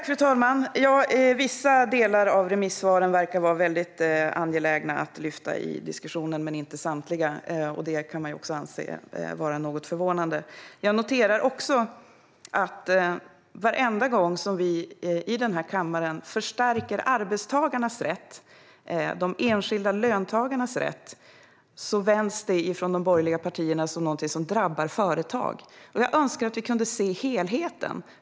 Fru talman! I vissa remissvar är man angelägen att lyfta diskussionen, men det gäller inte samtliga. Det kan man också anse vara något förvånande. Jag noterar att varenda gång som vi i kammaren vill förstärka arbetstagarnas, de enskilda löntagarnas, rätt vänds det från de borgerliga partierna som någonting som drabbar företag. Jag önskar att vi kunde se helheten.